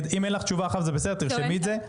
אם אין לך תשובה עכשיו, זה בסדר, ותרשמי את זה.